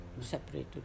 separated